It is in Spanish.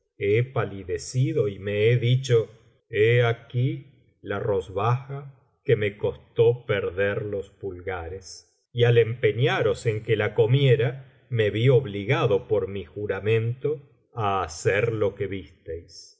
he palidecido y me he dicho he aquí la rozbaja que me costó perder los pulgares y al empeñaros en que la comiera me vi obligado por mi juramento á hacer lo que visteis